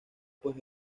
pues